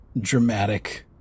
dramatic